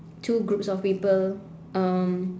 two groups of people um